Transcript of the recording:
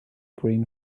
green